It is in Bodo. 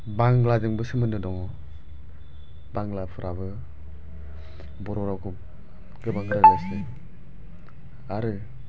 बांलाजोंबो सोमोन्दो दङ बांलाफ्राबो बर' रावखौ गोबां रायलायगासिनो आरो